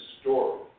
story